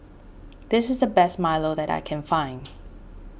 this is the best Milo that I can find